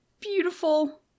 beautiful